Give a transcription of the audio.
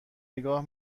نگاه